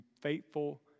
faithful